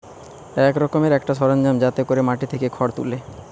এক রকমের একটা সরঞ্জাম যাতে কোরে মাটি থিকে খড় তুলে